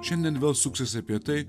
šiandien vėl suksis apie tai